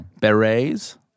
Berets